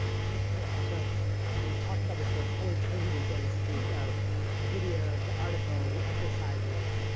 very cool, and so you've talked about this sort of holy trinity, so to speak of the videos, the articles, the exercises.